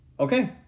Okay